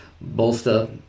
bolster